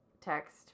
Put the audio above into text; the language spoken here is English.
text